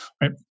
right